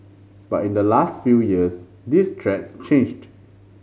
but in the last few years these threats changed